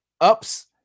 ups